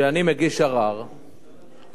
שאני מגיש ערר לממשלה,